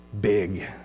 big